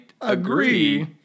agree